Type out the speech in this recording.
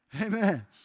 Amen